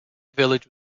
village